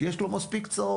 כי יש לו מספיק צרות.